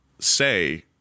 say